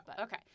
okay